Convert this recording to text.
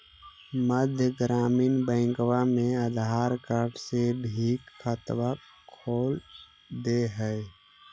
मध्य ग्रामीण बैंकवा मे आधार कार्ड से भी खतवा खोल दे है?